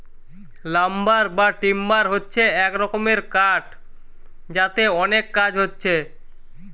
lumber বা timber হচ্ছে এক রকমের কাঠ যাতে অনেক কাজ হচ্ছে